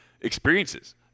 experiences